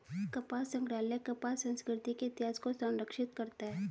कपास संग्रहालय कपास संस्कृति के इतिहास को संरक्षित करता है